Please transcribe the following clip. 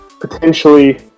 potentially